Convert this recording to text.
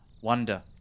wonder